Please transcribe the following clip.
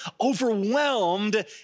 overwhelmed